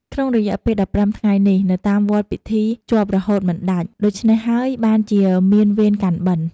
ក្នុងរយៈពេល១៥ថ្ងៃនេះ នៅតាមវត្តពិធីជាប់រហូតមិនដាច់ ដូច្នោះហើយបានជាមានវេនកាន់បិណ្ឌ។